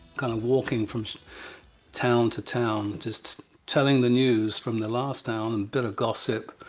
kind of walking from town to town, just telling the news from the last town, bit of gossip,